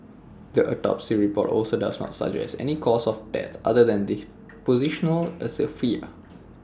the autopsy report also does not suggest any cause of death other than positional asphyxia